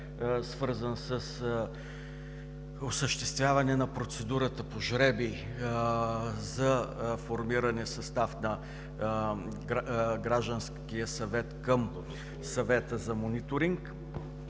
свързан с осъществяване на процедурата по жребий за формиране състав на Гражданския съвет към Съвета за мониторинг,